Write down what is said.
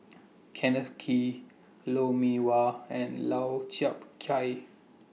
Kenneth Kee Lou Mee Wah and Lau Chiap Khai